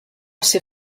ser